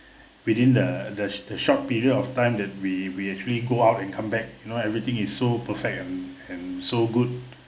within the the the short period of time that we we actually go out and come back you know everything is so perfect and and so good